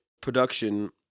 production